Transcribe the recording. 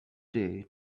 day